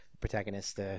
protagonist